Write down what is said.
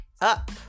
up